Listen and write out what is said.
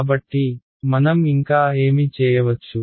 కాబట్టి మనం ఇంకా ఏమి చేయవచ్చు